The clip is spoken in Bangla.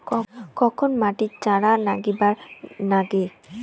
কখন মাটিত চারা গাড়িবা নাগে?